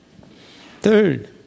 Third